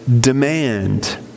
demand